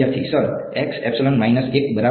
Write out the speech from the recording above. વિદ્યાર્થી sir x epsilon minus 1 બરાબર છે